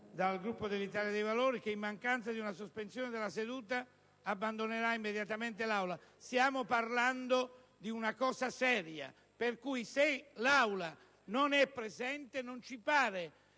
dal Gruppo dell'Italia dei Valori che, in mancanza di una sospensione della seduta, abbandonerà immediatamente l'Aula. Stiamo parlando di una cosa seria, per cui se i senatori di